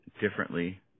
differently